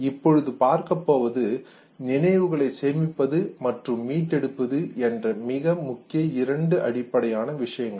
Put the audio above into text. இப்பொழுது பார்க்கப்போவது நினைவுகளை சேமிப்பது மற்றும் மீட்டெடுப்பது என்ற மிக முக்கிய இரண்டு அடிப்படையான விஷயங்கள்